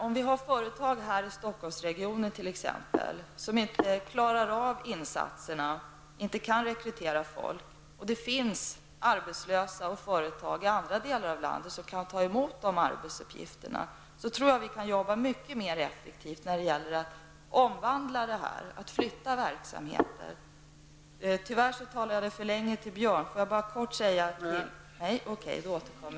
Om vi har exempelvis ett företag i Stockholmsregionen som inte klarar av insatserna och inte kan rekrytera folk, men det finns arbetslösa och företag i andra delar av landet som kan ta emot dessa arbetsuppgifter, tror jag att vi kan arbeta mycket mera effektivt för att flytta verksamheter.